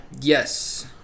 Yes